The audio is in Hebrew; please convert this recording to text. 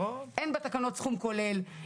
אין בתקנות סכום כולל,